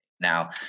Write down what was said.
now